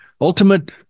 ultimate